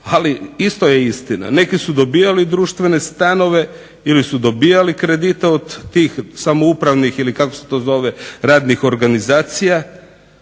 Ali isto je istina neki su dobijali društvene stanove ili su dobijali kredite od tih samoupravnih ili kako se to zove radnih organizacija